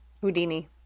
Houdini